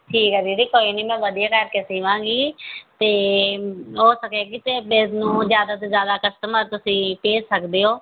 ਠੀਕ ਹੈ ਦੀਦੀ ਕੋਈ ਨਹੀਂ ਮੈਂ ਵਧੀਆ ਰੱਖ ਕੇ ਸੀਵਾਂਗੀ ਅਤੇ ਹੋ ਸਕੇ ਤਾਂ ਮੈਨੂੰ ਜ਼ਿਆਦਾ ਤੋਂ ਜ਼ਿਆਦਾ ਕਸਟਮਰ ਤੁਸੀਂ ਭੇਜ ਸਕਦੇ ਹੋ